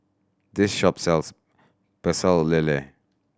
this shop sells Pecel Lele